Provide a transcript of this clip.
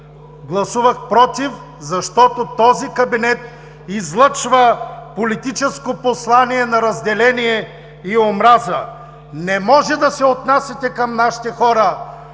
Гласувах „против“, защото този кабинет излъчва политическо послание на разделение и омраза. Не може да се отнасяте към нашите хора,